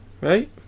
right